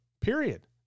Period